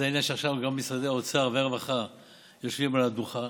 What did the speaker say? זה עניין שעכשיו גם משרדי האוצר והרווחה יושבים על המדוכה